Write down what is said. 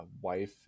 wife